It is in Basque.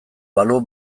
balu